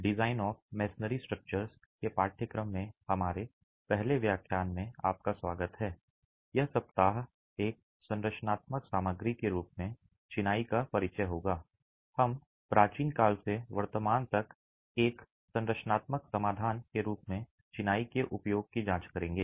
design of masonry structures के पाठ्यक्रम में हमारे पहले व्याख्यान में आपका स्वागत हैI यह सप्ताह एक संरचनात्मक सामग्री के रूप में चिनाई का परिचय होगा हम प्राचीन काल से वर्तमान तक एक संरचनात्मक समाधान के रूप में चिनाई के उपयोग की जांच करेंगे